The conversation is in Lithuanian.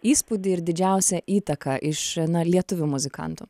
įspūdį ir didžiausią įtaką iš na lietuvių muzikantų